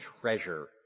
treasure